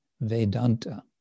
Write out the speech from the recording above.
Vedanta